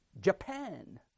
Japan